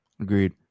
Agreed